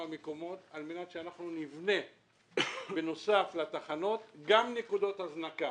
מקומות על מנת שאנחנו נבנה בנוסף לתחנות גם נקודות הזנקה.